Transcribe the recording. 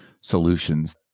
solutions